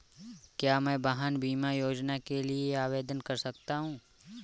क्या मैं वाहन बीमा योजना के लिए आवेदन कर सकता हूँ?